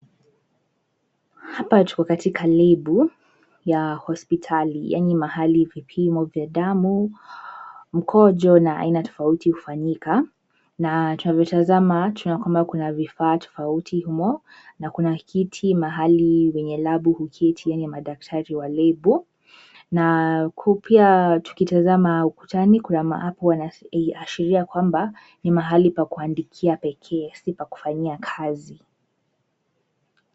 Hapa tuko katika lebu ya hospitali yaani mahali vipimo vya damu, mkojo na aina tofauti hufanyika na tunavyotazama tunaona kwamba kuna vifaa tofauti humo. Na kuna kiti mahali wenye lebu huketi yaani madaktari wa lebu, na huku pia tukitazama ukutani kuna ambapo wanashiria kwamba ni mahali pa kuandikia pekee si pa kufanyia kazi.